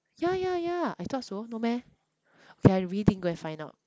yeah yeah yeah I thought so no meh okay I really think go and find out